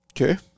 Okay